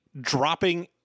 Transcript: dropping